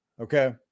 okay